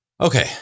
Okay